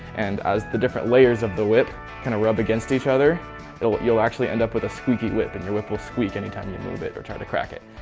and as the different layers of the whip kind of rub against each other you'll you'll actually end up with a squeaky whip, and your whip will squeak any time you move it or try to crack it.